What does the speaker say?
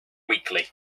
weekly